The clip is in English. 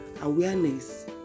Awareness